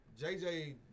JJ